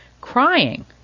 crying